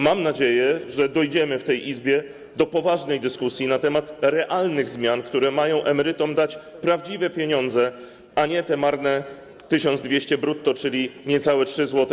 Mam nadzieję, że dojdziemy w tej Izbie do poważnej dyskusji na temat realnych zmian, które mają emerytom dać prawdziwe pieniądze, a nie te marne 1200 brutto, czyli średnio niecałe 3 zł.